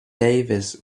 davis